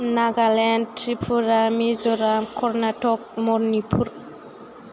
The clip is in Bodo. नागालेण्ड त्रिपुरा मिज'राम कर्नाटक मणिपुर